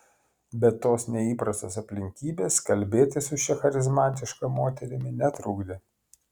bet tos neįprastos aplinkybės kalbėtis su šia charizmatiška moterimi netrukdė